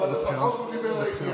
אבל לפחות הוא דיבר לעניין.